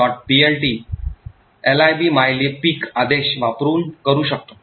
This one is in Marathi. plt libmylib pic आदेश वापरून करू शकतो